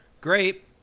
Great